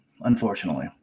unfortunately